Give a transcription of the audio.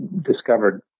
discovered